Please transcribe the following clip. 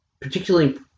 particularly